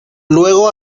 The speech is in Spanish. luego